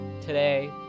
today